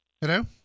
Hello